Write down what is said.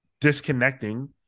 Disconnecting